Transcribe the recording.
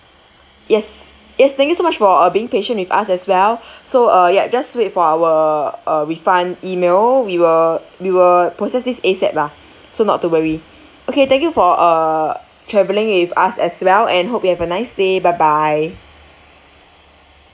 yes yes thank you so much for uh being patient with us as well so uh yup just wait for our uh refund email we will we will process this ASAP lah so not to worry okay thank you for uh travelling with us as well and hope you have a nice day bye bye